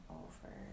over